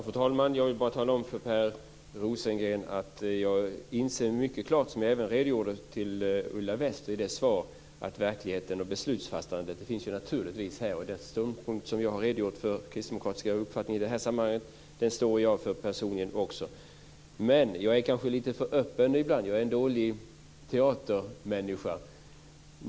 Fru talman! Jag vill bara tala om för Per Rosengren att jag mycket klart inser, vilket jag även redogjorde för till Ulla Wester, att verkligheten och beslutsfattandet naturligtvis finns här. Och den kristdemokratiska uppfattningen som jag har redogjort för står jag personligen också bakom. Men jag är kanske lite för öppen ibland. Jag är en dålig teatermänniska.